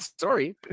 sorry